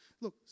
Look